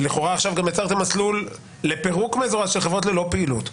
ולכאורה עכשיו גם יצרתם מסלול לפירוק מזורז של חברות ללא פעילות,